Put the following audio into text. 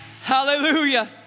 Hallelujah